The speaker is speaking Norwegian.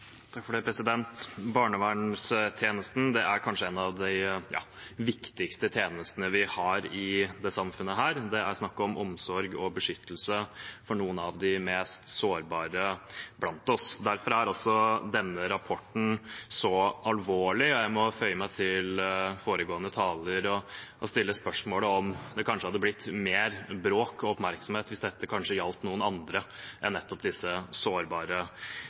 kanskje en av de viktigste tjenestene vi har i samfunnet. Det er snakk om omsorg for og beskyttelse av noen av de mest sårbare blant oss. Derfor er denne rapporten så alvorlig. Jeg må føye meg til foregående taler og stille spørsmålet om det kanskje hadde blitt mer bråk og oppmerksomhet om dette gjaldt noen andre enn nettopp disse sårbare